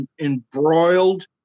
embroiled